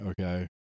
Okay